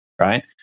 right